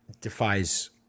defies